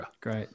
Great